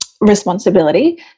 responsibility